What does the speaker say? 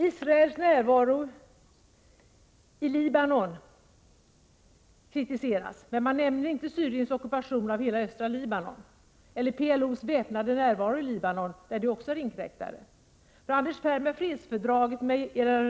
Israels närvaro i Libanon kritiseras, men man nämner inte Syriens ockupation av hela östra Libanon. Inte heller nämns PLO:s väpnade närvaro i Libanon, där de också är inkräktare. För Anders Ferm är fredsfördraget